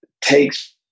takes